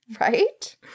Right